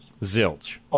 Zilch